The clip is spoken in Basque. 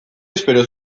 espero